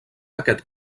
aquest